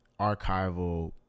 archival